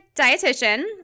dietitian